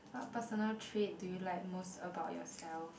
what personal trait do you like most about yourself